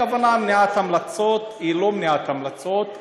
הכוונה במניעת המלצות היא לא מניעת המלצות,